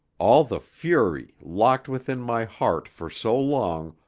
all the fury, locked within my heart for so long,